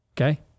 okay